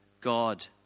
God